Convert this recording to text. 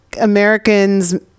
Americans